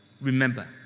Remember